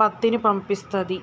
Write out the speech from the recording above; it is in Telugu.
పత్తిని పంపిస్తది